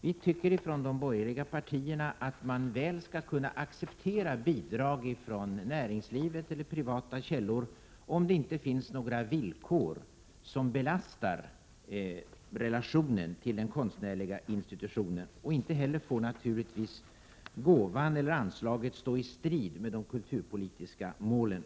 Vi i de borgerliga partierna tycker att man mycket väl skall kunna acceptera bidrag från näringslivet eller privata källor, om det inte finns några villkor som belastar relationen till den konstnärliga institutionen. Inte heller får gåvan eller anslaget stå i strid med de kulturpolitiska målen.